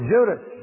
Judas